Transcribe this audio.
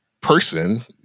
person